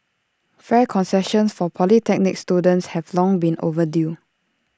fare concessions for polytechnic students have long been overdue